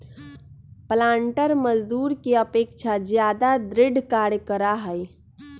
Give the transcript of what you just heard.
पालंटर मजदूर के अपेक्षा ज्यादा दृढ़ कार्य करा हई